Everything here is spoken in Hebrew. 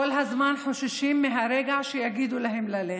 כל הזמן חוששים מהרגע שיגידו להם ללכת,